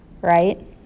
right